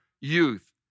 youth